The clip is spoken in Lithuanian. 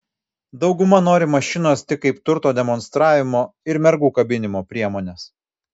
dauguma nori mašinos tik kaip turto demonstravimo ir mergų kabinimo priemonės